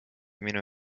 minu